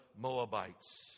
Moabites